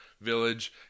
village